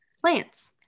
plants